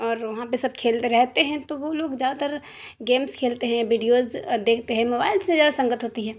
اور وہاں پہ سب کھیلتے رہتے ہیں تو وہ لوگ زیادہ تر گیمس کھیلتے ہیں بڈیوز دیکھتے ہیں موبائل سے زیادہ سنگت ہوتی ہے